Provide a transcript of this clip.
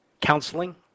counseling